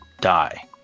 die